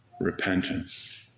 Repentance